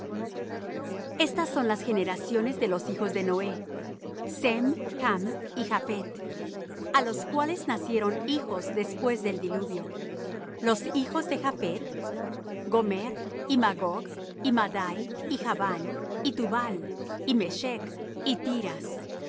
estas son las generaciones de los hijos de noé sem chm y japhet á los cuales nacieron hijos después del diluvio los hijos de japhet gomer y magog y madai y javán y tubal y meshech y tiras